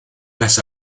las